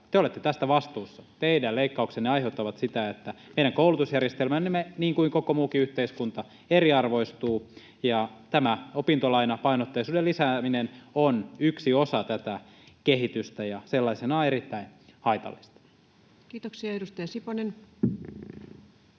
Te olette tästä vastuussa. Teidän leikkauksenne aiheuttavat sitä, että meidän koulutusjärjestelmämme niin kuin koko muukin yhteiskunta eriarvoistuvat. Tämä opintolainapainotteisuuden lisääminen on yksi osa tätä kehitystä ja sellaisenaan erittäin haitallista. Kiitoksia. — Edustaja Siponen.